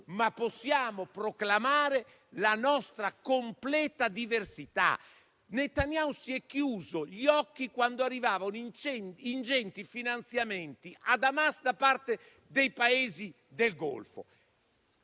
ma possiamo proclamare la nostra completa diversità. Netanyahu si è chiuso gli occhi quando arrivavano ingenti finanziamenti ad Hamas da parte dei Paesi del Golfo,